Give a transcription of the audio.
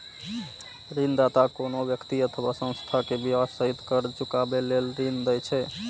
ऋणदाता कोनो व्यक्ति अथवा संस्था कें ब्याज सहित कर्ज चुकाबै लेल ऋण दै छै